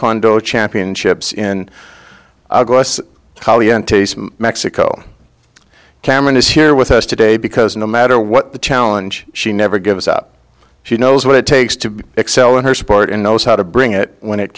wondo championships in mexico cameron is here with us today because no matter what the challenge she never gives up she knows what it takes to excel in her sport and knows how to bring it when it